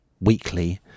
weekly